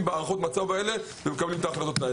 בהערכות מצב האלה ומקבלים את ההחלטות.